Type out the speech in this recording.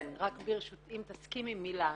אם תסכימי, אז מילה.